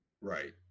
Right